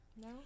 No